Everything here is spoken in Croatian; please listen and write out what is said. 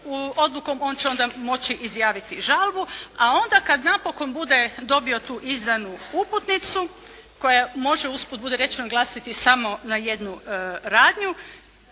odlukom on će onda moći izjaviti žalbu, a onda kad napokon bude dobio tu izdanu uputnicu koja može, usput budi rečeno, glasiti samo na jednu radnju